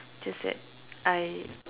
just that I